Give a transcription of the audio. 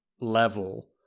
level